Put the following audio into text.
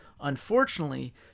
Unfortunately